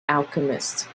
alchemist